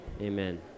Amen